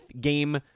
game